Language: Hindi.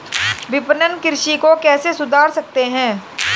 विपणन कृषि को कैसे सुधार सकते हैं?